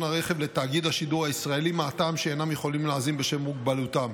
הרכב לתאגיד השידור הישראלי מהטעם שאינם יכולים להאזין בשל מוגבלותם.